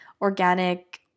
organic